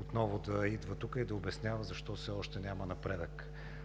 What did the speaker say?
отново да идва тук и да обяснява защо все още няма напредък.